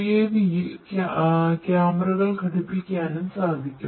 UAV യിൽ ക്യാമെറകൾ ഘടിപ്പിക്കാനും സാധിക്കും